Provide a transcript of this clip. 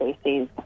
species